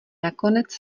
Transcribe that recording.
nakonec